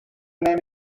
name